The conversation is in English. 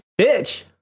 Bitch